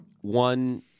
One